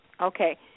Okay